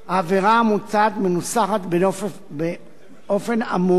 העבירה המוצעת מנוסחת באופן עמום,